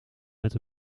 met